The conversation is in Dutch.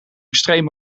extreem